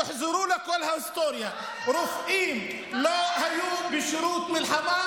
תחזרו לכל ההיסטוריה, רופאים לא היו בשירות מלחמה,